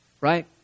right